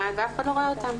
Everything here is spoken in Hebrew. ואף אחד לא רואה אותן.